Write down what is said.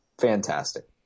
fantastic